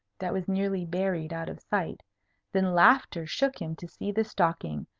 that was nearly buried out of sight then laughter shook him to see the stocking,